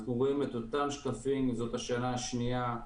אנחנו רואים את אותם שקפים זו השנה השנייה.